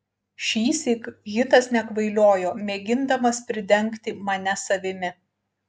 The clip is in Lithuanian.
šįsyk hitas nekvailiojo mėgindamas pridengti mane savimi